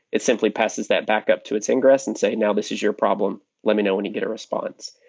it simply passes that back up to its ingress and say, now, this is your problem. let me know when you get a response.